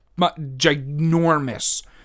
ginormous